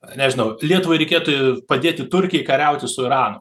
nežinau lietuvai reikėtų padėti turkijai kariauti su iranu